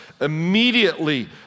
immediately